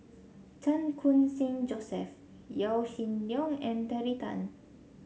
Chan Khun Sing Joseph Yaw Shin Leong and Terry Tan